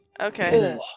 Okay